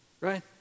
right